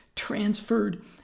transferred